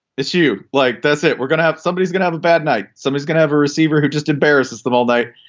this you like. that's it. we're gonna have somebody is gonna have a bad night so he's gonna have a receiver who just embarrasses them all day.